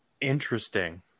Interesting